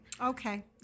Okay